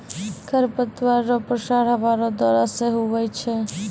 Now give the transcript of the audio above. खरपतवार रो प्रसार हवा रो द्वारा से हुवै छै